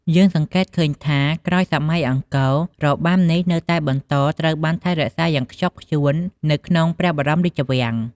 យើងសង្កេតឃើញថា ក្រោយសម័យអង្គរ របាំនេះនៅតែបន្តត្រូវបានថែរក្សាយ៉ាងខ្ជាប់ខ្ជួននៅក្នុងព្រះបរមរាជវាំង។